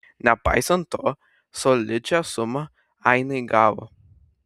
nepaisant to solidžią sumą ainiai gavo